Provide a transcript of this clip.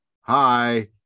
Hi